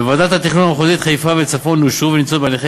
בוועדות התכנון המחוזיות חיפה וצפון אושרו ונמצאות בהליכי